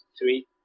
three